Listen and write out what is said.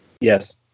Yes